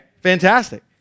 Fantastic